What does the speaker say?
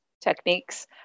techniques